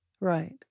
Right